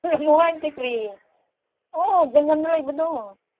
ꯂꯝꯑꯣꯛ ꯍꯥꯏꯕꯒꯤ ꯀꯔꯤ ꯑꯣ ꯖꯪꯒꯜꯗ ꯂꯩꯕꯗꯣ